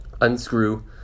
unscrew